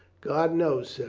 god knows, sir.